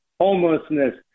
homelessness